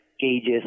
gauges